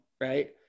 right